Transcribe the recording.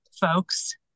folks